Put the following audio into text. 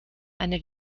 eine